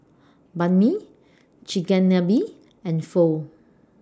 Banh MI Chigenabe and Pho